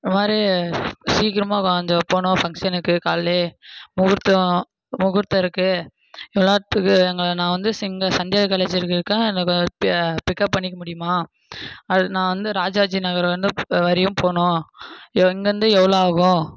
இந்தமாதிரி சீக்கிரமாக வாங்க போகணும் ஃபங்ஷனுக்கு கால்லே முகூர்த்தம் முகூர்த்தம் இருக்கு எல்லாத்துக்கு நாங்கள் நான் வந்து சந்தியா இருக்கேன் என்னோட பிக்கப் பண்ணிக்க முடியுமா அது நான் வந்து ராஜாஜி நகர் வந்து வரையும் போகணும் இங்கேருந்து எவ்வளோ ஆகும்